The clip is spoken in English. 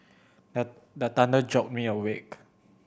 the the thunder jolt me awake